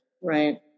right